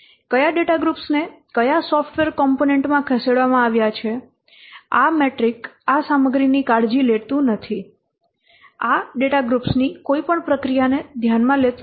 કયા data groups ને ક્યા સોફ્ટવેર કૉમ્પોનેન્ટ માં ખસેડવામાં આવ્યા છે આ મેટ્રિક આ સામગ્રીની કાળજી લેતું નથી આ ડેટા ગ્રૂપ્સ ની કોઈપણ પ્રક્રિયાને ધ્યાનમાં લેતું નથી